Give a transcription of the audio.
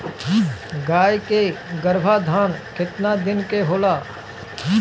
गाय के गरभाधान केतना दिन के होला?